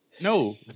No